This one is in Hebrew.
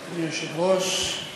אדוני היושב-ראש,